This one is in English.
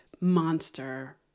monster